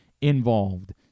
involved